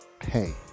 hey